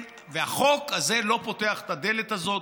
החוק הזה לא פותח את הדלת הזאת,